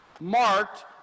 marked